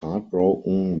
heartbroken